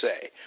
say